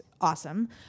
awesome